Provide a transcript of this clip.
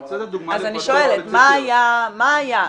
--- אז אני שואלת מה היה,